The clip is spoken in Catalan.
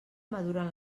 maduren